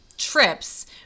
trips